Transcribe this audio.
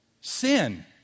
Sin